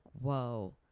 whoa